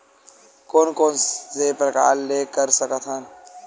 कोन कोन से प्रकार ले कर सकत हन?